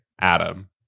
Adam